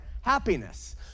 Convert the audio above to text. happiness